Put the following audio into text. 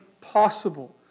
possible